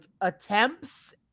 attempts